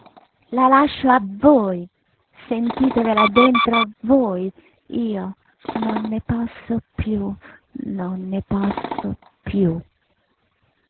la lascio a voi sentitevela dentro voi io non ne posso piú non ne posso piú